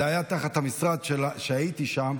זה היה תחת המשרד שהייתי בו,